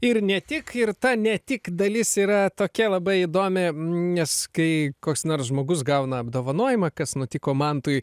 ir ne tik ir ta ne tik dalis yra tokia labai įdomi nes kai koks nors žmogus gauna apdovanojimą kas nutiko mantui